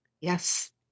Yes